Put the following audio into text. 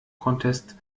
contest